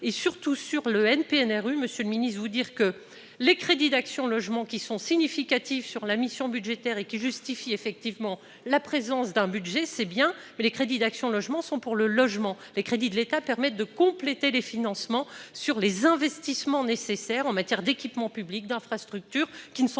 surtout sur le NPNRU Monsieur le Ministre, vous dire que les crédits d'Action Logement qui sont significatifs sur la mission budgétaire et qui justifie effectivement la présence d'un budget, c'est bien, mais les crédits d'Action Logement sont pour le logement, les crédits de l'État permettent de compléter les financements sur les investissements nécessaires en matière d'équipements publics d'infrastructures qui ne sont